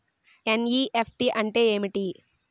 NEFT అంటే ఏమిటి?